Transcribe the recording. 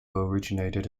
originated